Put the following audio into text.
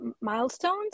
milestones